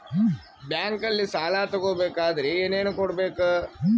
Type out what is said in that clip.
ಬ್ಯಾಂಕಲ್ಲಿ ಸಾಲ ತಗೋ ಬೇಕಾದರೆ ಏನೇನು ಕೊಡಬೇಕು?